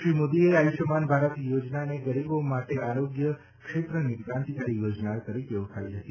શ્રી મોદીએ આયુષ્યમાન ભારત યોજનાને ગરીબો માટે આરોગ્યક્ષેત્રની ક્રાંતિકારી યોજના તરીકે ઓળખાવી હતી